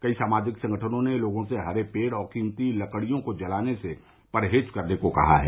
कई सामाजिक संगठनों ने लोगों से हरे पेड़ और कीमती लड़कियों को जलाने से परहेज करने को कहा है